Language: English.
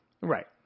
Right